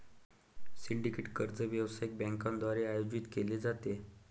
syndicated कर्ज व्यावसायिक बँकांद्वारे आयोजित केले जाते